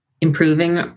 improving